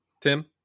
Tim